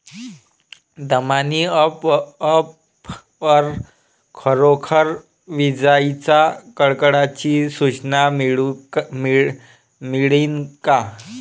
Damini app वर खरोखर विजाइच्या कडकडाटाची सूचना मिळन का?